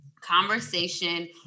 conversation